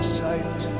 sight